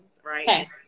Right